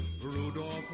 Rudolph